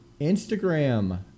Instagram